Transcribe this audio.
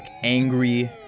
angry